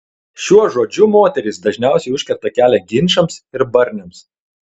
šiuo žodžiu moterys dažniausiai užkerta kelią ginčams ir barniams